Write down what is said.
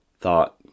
thought